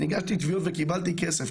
אני הגשתי תביעות וקיבלתי כסף,